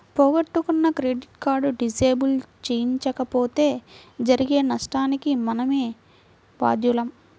పోగొట్టుకున్న credit card disable చేయించకపోతే జరిగే నష్టానికి మనమే బాధ్యులం